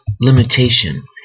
limitation